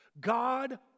God